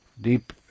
Deep